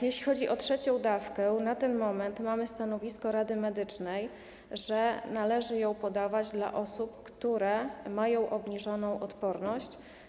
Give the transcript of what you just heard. Jeśli chodzi o trzecią dawkę, to na ten moment mamy stanowisko Rady Medycznej, że należy ją podawać osobom, które mają obniżoną odporność.